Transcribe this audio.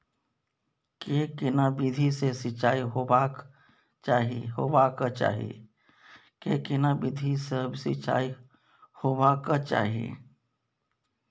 के केना विधी सॅ सिंचाई होबाक चाही?